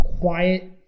quiet